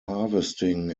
harvesting